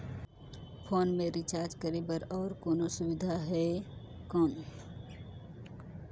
Phone मे recharge करे बर और कोनो सुविधा है कौन?